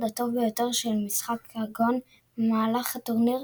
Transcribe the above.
הטוב ביותר של משחק הגון במהלך הטורניר,